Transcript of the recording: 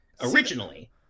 originally